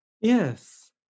Yes